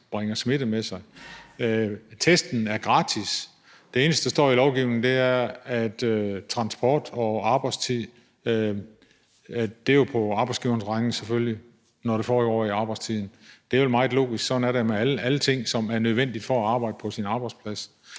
bringer smitte med sig. Testen er gratis. Det eneste, der står i lovgivningen, er, at transport og arbejdstid selvfølgelig er på arbejdsgiverens regning, når det foregår i arbejdstiden. Det er vel meget logisk. Sådan er det med alle ting, som er nødvendige for at kunne arbejde på sin arbejdsplads.